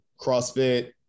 crossfit